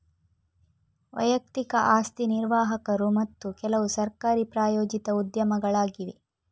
ವೈಯಕ್ತಿಕ ಆಸ್ತಿ ನಿರ್ವಾಹಕರು ಮತ್ತು ಕೆಲವುಸರ್ಕಾರಿ ಪ್ರಾಯೋಜಿತ ಉದ್ಯಮಗಳಾಗಿವೆ